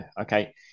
okay